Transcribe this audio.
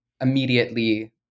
immediately